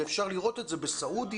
אפשר לראות את זה בסעודיה,